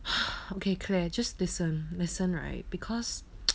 okay claire just listen listen right because